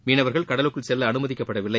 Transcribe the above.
மீளவர்கள் கடலுக்கு செல்ல அனுமதிக்கப்படவில்லை